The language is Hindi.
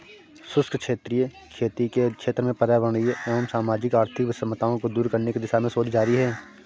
शुष्क क्षेत्रीय खेती के क्षेत्र में पर्यावरणीय एवं सामाजिक आर्थिक विषमताओं को दूर करने की दिशा में शोध जारी है